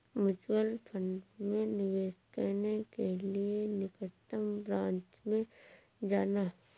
mutual fund में निवेश करने के लिए निकटतम ब्रांच में जाना